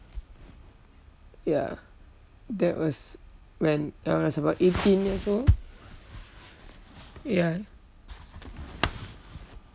ya that was when when I was about eighteen years old ya